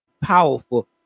powerful